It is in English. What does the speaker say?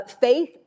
faith